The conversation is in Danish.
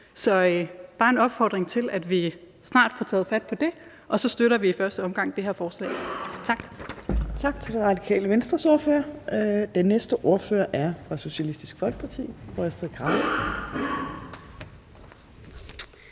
er bare en opfordring til, at vi snart får taget fat på det. Og så støtter vi i første omgang det her lovforslag. Tak.